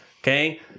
Okay